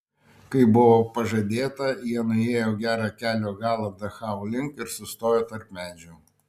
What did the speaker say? kaip buvo pažadėta jie nuėjo gerą kelio galą dachau link ir sustojo tarp medžių